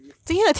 not really